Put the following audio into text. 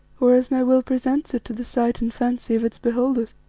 or as my will presents it to the sight and fancy of its beholders.